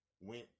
went